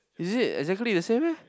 is it exactly the same meh